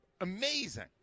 amazing